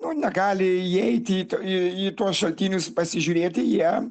mu negali įeiti į tuos šaltinius pasižiūrėti jie